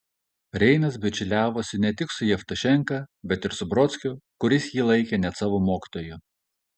reinas bičiuliavosi ne tik su jevtušenka bet ir su brodskiu kuris jį laikė net savo mokytoju